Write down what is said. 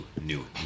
new